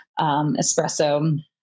espresso